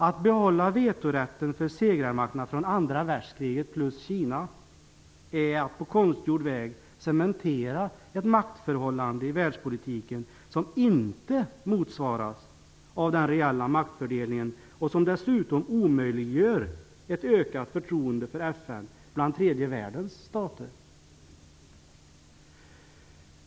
Att behålla vetorätten för segrarmakterna från andra världskriget, plus Kina, är att på konstgjord väg cementera ett maktförhållande i världspolitiken som inte motsvaras av den reella maktfördelningen och som dessutom omöjliggör ett ökat förtroende för FN bland tredje världens stater.